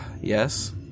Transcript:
Yes